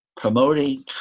promoting